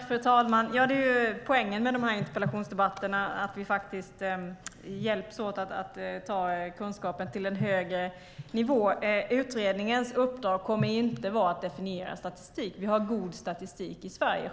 Fru talman! Poängen med interpellationsdebatterna är att vi hjälps åt att ta kunskapen till en högre nivå. Utredningens uppdrag kommer inte att vara att definiera statistik. Vi har god statistik i Sverige.